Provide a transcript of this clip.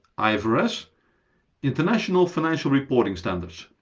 ifrs international financial reporting standards.